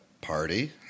party